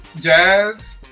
Jazz